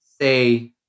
say